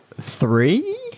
three